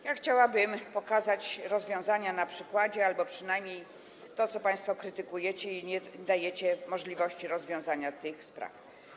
Ja chciałabym pokazać rozwiązania na pewnym przykładzie albo przynajmniej to, co państwo krytykujecie, nie dając możliwości rozwiązania tych spraw.